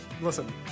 listen